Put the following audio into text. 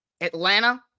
Atlanta